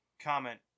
comment